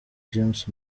james